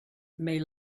may